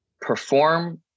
perform